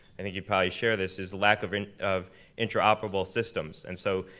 i think you probably share this, is lack of and of intra-operatable systems. and so,